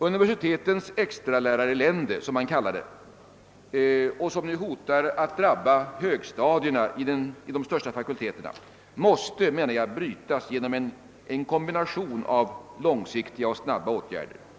Universitetens extralärarelände som man brukar kalla det — hotar nu att drabba högstadierna vid de största fakulteterna, och jag menar att den utvecklingen måste brytas genom en kombination av långsiktiga och snabba åtgärder.